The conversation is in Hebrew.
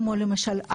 כמו למשל,